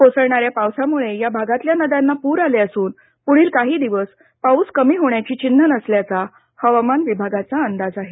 कोसळणाऱ्या पावसामुळे या भागातल्या नद्यांना पूर आले असून पुढील काही दिवस पाऊस कमी होण्याची चिन्हं नसल्याचं हवामान विभागाचा अंदाज आहे